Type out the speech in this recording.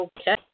Okay